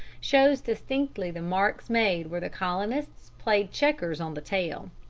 shows distinctly the marks made where the colonists played checkers on the tail.